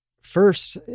first